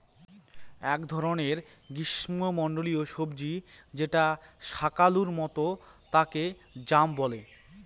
এক ধরনের গ্রীস্মমন্ডলীয় সবজি যেটা শাকালুর মত তাকে য়াম বলে